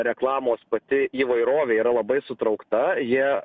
reklamos pati įvairovė yra labai sutraukta jie